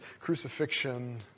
crucifixion